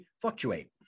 fluctuate